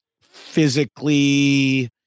physically